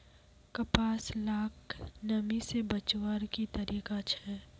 कपास लाक नमी से बचवार की तरीका छे?